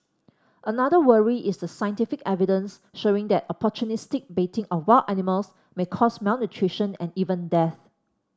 another worry is the scientific evidence showing that opportunistic baiting of wild animals may cause malnutrition and even death